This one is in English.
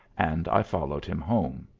and i followed him home.